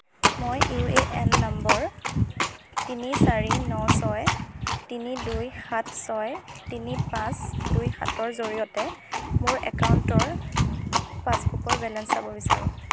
মই U A N নম্বৰ তিনি চাৰি ন ছয় তিনি দুই সাত ছয় তিনি পাঁচ দুই সাত ৰ জৰিয়তে মোৰ একাউণ্টৰ পাছবুকৰ বেলেঞ্চ চাব বিচাৰোঁ